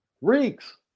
Reeks